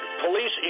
Police